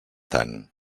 tant